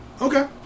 Okay